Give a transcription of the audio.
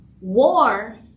War